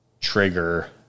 trigger